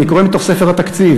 אני קורא מתוך ספר התקציב,